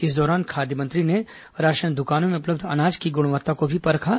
इस दौरान खाद्य मंत्री ने राशन दुकानों में उपलब्ध अनाज की गुणवत्ता को भी परखा